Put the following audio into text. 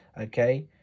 Okay